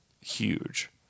huge